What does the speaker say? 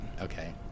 Okay